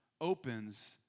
opens